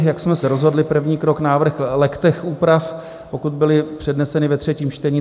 Jak jsme se rozhodli, první krok je návrh legtech úprav, pokud byly předneseny ve třetím čtení.